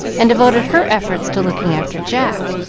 and devoted her efforts to looking after jack,